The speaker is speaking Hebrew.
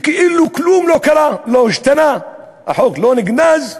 וכאילו כלום לא קרה, לא השתנה, החוק לא נגנז,